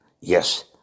Yes